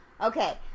Okay